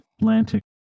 Atlantic